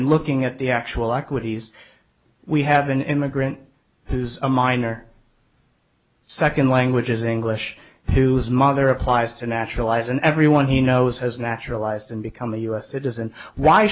and looking at the actual equities we have an immigrant who's a minor second language is english whose mother applies to naturalize and everyone he knows has naturalized and become a us citizen why